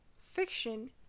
fiction